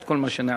את כל מה שנעשה,